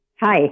Hi